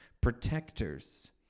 protectors